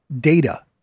data